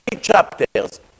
chapters